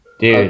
Dude